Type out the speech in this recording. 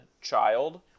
child